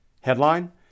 Headline